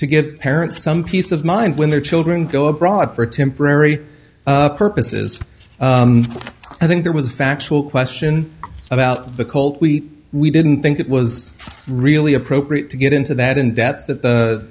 to get parents some peace of mind when their children go abroad for temporary purposes i think there was a factual question about the cult we we didn't think it was really appropriate to get into that in depth that the